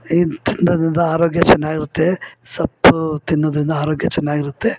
ಇದು ತಿನ್ನೋದರಿಂದ ಆರೋಗ್ಯ ಚೆನ್ನಾಗಿರುತ್ತೆ ಸೊಪ್ಪು ತಿನ್ನೋದರಿಂದ ಆರೋಗ್ಯ ಚೆನ್ನಾಗಿರುತ್ತೆ